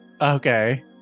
Okay